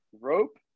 Rope